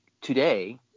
today